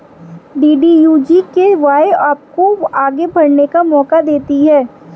DDU GKY आपको आगे बढ़ने का मौका देती है